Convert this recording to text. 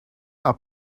are